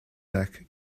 neck